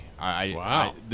Wow